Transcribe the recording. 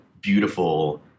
beautiful